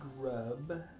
grub